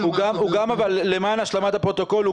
למען השלמת הפרוטוקול,